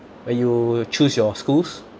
where you choose your schools